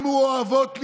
אנחנו אוהבות להתבולל,